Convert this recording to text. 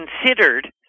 considered